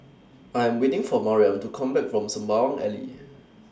I Am waiting For Mariam to Come Back from Sembawang Alley